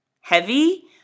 Heavy